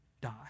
die